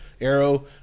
Arrow